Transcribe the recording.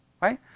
right